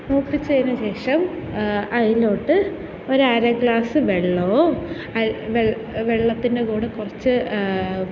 മൂപ്പിച്ചതിനുശേഷം അതിലോട്ട് ഒരര ഗ്ലാസ് വെള്ളവും വെള്ളത്തിൻ്റെ കൂടെ കുറച്ച്